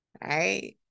right